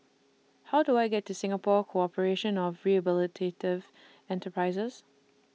How Do I get to Singapore Corporation of Rehabilitative Enterprises